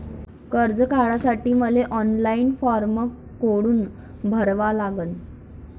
कर्ज काढासाठी मले ऑनलाईन फारम कोठून भरावा लागन?